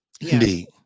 Indeed